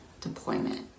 deployment